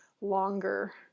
longer